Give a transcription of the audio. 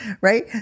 right